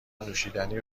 نوشیدنی